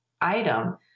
item